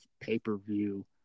pay-per-view